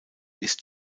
ist